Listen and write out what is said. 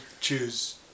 choose